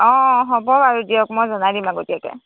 অঁ হ'ব বাৰু দিয়ক মই জনাই দিম আগতীয়াকৈ